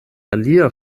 alia